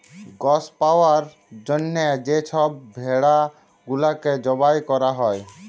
গস পাউয়ার জ্যনহে যে ছব ভেড়া গুলাকে জবাই ক্যরা হ্যয়